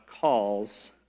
calls